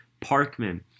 Parkman